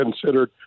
considered